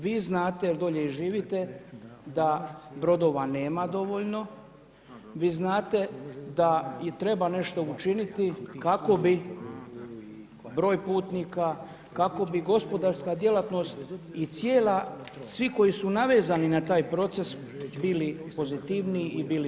Vi znate jel dolje i živite da brodova nema dovoljno, vi znate da i treba nešto učiniti kako bi broj putnika, kako bi gospodarska djelatnost i cijela, svi koji su navezani na taj proces bili pozitivniji i bili bolji.